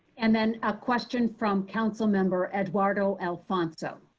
and then a question from council member eduardo alfonso